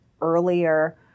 earlier